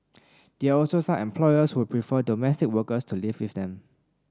there are also some employers who prefer domestic workers to live with them